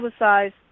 publicize